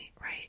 right